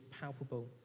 palpable